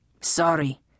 Sorry